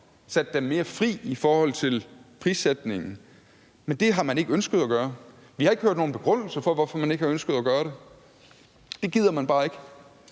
mere fri i forhold til prissætningen, men det har man ikke ønsket at gøre. Vi har ikke hørt nogen begrundelse for, hvorfor man ikke har ønsket at gøre det. Det gider man bare ikke.